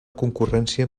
concurrència